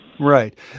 Right